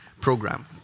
program